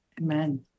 Amen